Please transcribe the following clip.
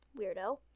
weirdo